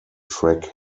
track